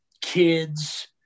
kids